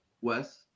Wes